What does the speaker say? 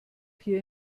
hier